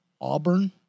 Auburn